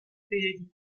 bilden